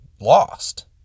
lost